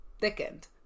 Thickened